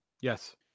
Yes